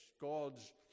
God's